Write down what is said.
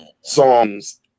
songs